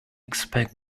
expect